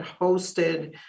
hosted